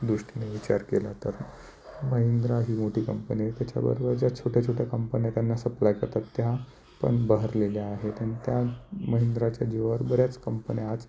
दृष्टीने विचार केला तर महिंद्रा ही मोठी कंपनी आहे त्याच्याबरोबर ज्या छोट्या छोट्या कंपन्या त्यांना सप्लाय करतात त्या पण बहरलेल्या आहेत आणि त्या महिंद्राच्या जीवावर बऱ्याच कंपन्या आज